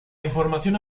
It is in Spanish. información